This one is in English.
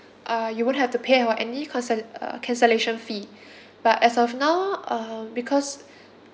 uh you won't have to pay our any uh cancellation fee but as of now uh because